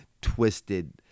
twisted